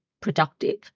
productive